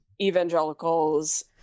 evangelicals